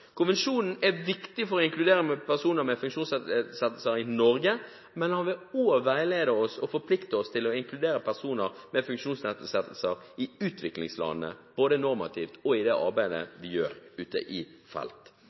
Konvensjonen er viktig for å inkludere personer med funksjonsnedsettelse i Norge, men den vil også veilede oss og forplikte oss til å inkludere personer med funksjonsnedsettelse i utviklingslandene, både normativt og i det arbeidet vi gjør ute i felt.